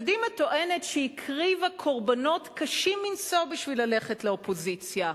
קדימה טוענת שהיא הקריבה קורבנות קשים מנשוא בשביל ללכת לאופוזיציה.